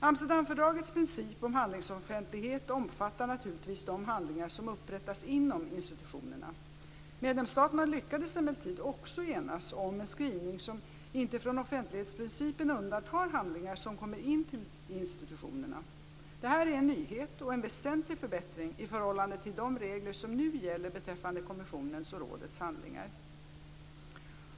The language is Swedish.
Amsterdamfördragets princip om handlingsoffentlighet omfattar naturligtvis de handlingar som upprättas inom institutionerna. Medlemsstaterna lyckades emellertid också enas om en skrivning som inte från offentlighetsprincipen undantar handlingar som kommer in till institutionerna. Detta är en nyhet och en väsentlig förbättring i förhållande till de regler som nu gäller beträffande kommissionens och rådets handlingar.